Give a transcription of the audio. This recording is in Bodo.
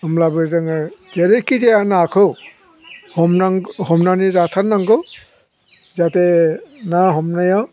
होमब्लाबो जोङो जेरैखि जाया नाखौ हमनांगौ हमनानै जाथारनांगौ जाहाथे ना हमनायाव